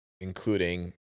including